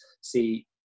see